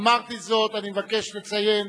אמרתי זאת, אני מבקש לציין